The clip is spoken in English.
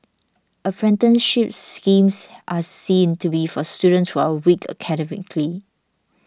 apprenticeship schemes are seen to be for students who are weak academically